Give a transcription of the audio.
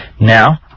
Now